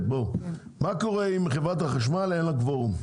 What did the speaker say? מה קורה אם חברת החשמל אין לה קוורום,